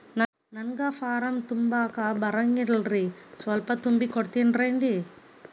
ನಂಗ ಫಾರಂ ತುಂಬಾಕ ಬರಂಗಿಲ್ರಿ ಸ್ವಲ್ಪ ತುಂಬಿ ಕೊಡ್ತಿರೇನ್ರಿ?